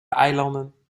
eilanden